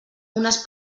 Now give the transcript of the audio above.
unes